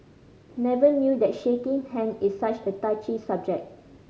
never knew that shaking hand is such a touchy subject